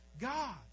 God